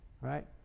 right